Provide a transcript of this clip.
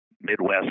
Midwest